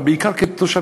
אבל בעיקר כתושב